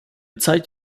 zeit